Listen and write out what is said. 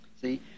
see